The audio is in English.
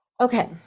Okay